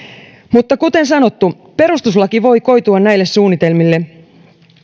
mutta kuten sanottu perustuslaki voi koitua näille suunnitelmille